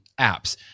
apps